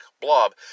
blob